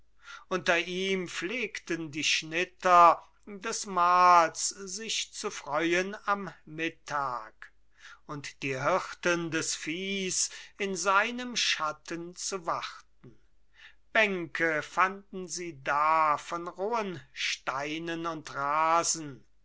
unter ihm pflegten die schnitter des mahls sich zu freuen am mittag und die hirten des viehs in seinem schatten zu warten bänke fanden sie da von rohen steinen und rasen